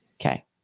okay